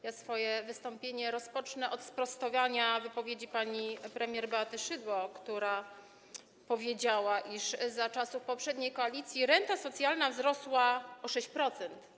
Ja swoje wystąpienie rozpocznę od sprostowania wypowiedzi pani premier Beaty Szydło, która powiedziała, iż za czasów poprzedniej koalicji renta socjalna wzrosła o 6%.